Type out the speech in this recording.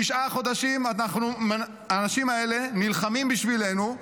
תשעה חודשים האנשים האלה נלחמים בשבילנו,